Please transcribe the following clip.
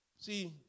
See